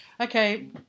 Okay